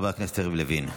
חבר הכנסת יריב לוין.